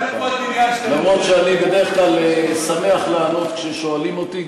אף שאני בדרך כלל שמח לענות כששואלים אותי,